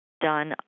done